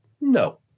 No